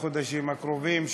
בחודשים הקרובים,